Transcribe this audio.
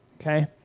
okay